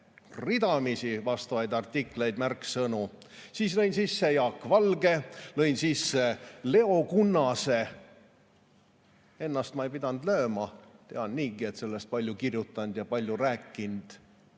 ridamisi vastavaid artikleid, märksõnu. Siis lõin sisse Jaak Valge nime, lõin sisse Leo Kunnase nime. Enda nime ma ei pidanud sisse lööma, tean niigi, et olen sellest palju kirjutanud ja palju rääkinud.